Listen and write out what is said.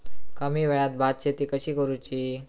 कमी वेळात भात शेती कशी करुची?